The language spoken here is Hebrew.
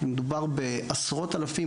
מדובר בעשרות אלפים,